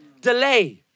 Delay